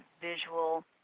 visual